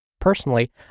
Personally